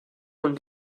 von